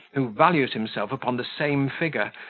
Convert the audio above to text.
who values himself upon the same figure,